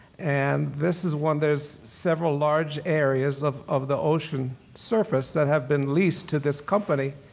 and this is one, there's several large areas of of the ocean surface that have been leased to this company,